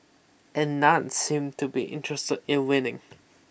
and none seemed to be interested in winning